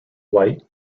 white